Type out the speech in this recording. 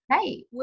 Hey